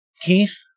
Keith